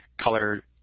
color